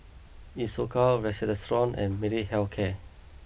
Isocal Redoxon and Molnylcke health care